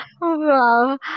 wow